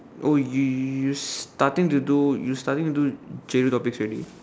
oh you you you starting to do you starting to do J-two topics already